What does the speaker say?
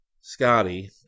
Scotty